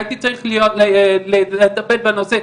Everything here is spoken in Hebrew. הייתי צריך לטפל בנושא,